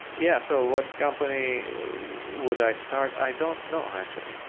yeah so what company would i start? i don't know actually. yeah.